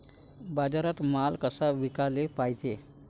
बाजारात माल कसा विकाले पायजे?